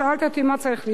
שאלת אותי מה צריך להיות,